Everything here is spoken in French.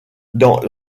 dans